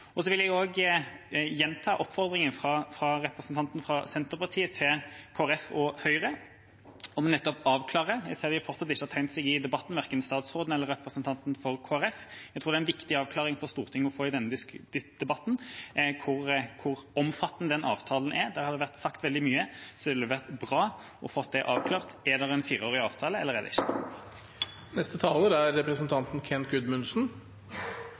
hul. Så vil jeg også gjenta oppfordringen fra representanten fra Senterpartiet til Kristelig Folkeparti og Høyre om nettopp en avklaring – jeg ser at verken statsråden eller representanten for Kristelig Folkeparti fortsatt ikke har tegnet seg i debatten. Jeg tror det er viktig for Stortinget å få en avklaring i denne debatten med tanke på hvor omfattende den avtalen er. Det har vært sagt veldig mye, så det ville vært bra å få det avklart. Er det en fireårig avtale eller er det ikke